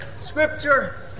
Scripture